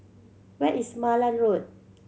where is Malan Road